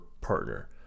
partner